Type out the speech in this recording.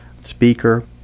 speaker